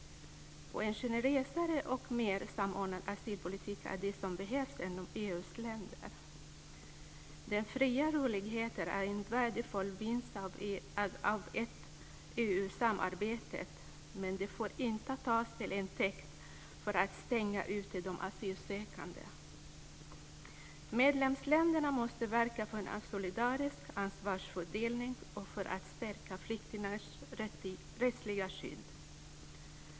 En generösare och mer samordnad flyktingpolitik är vad som behövs i EU:s länder. Den fria rörligheten är en värdefull vinst av EU-samarbetet, men den får inte tas till intäkt för att stänga ute de asylsökande. Medlemsländerna måste verka för en solidarisk ansvarsfördelning och för att stärka flyktingars rättsliga skydd.